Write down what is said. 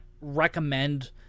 recommend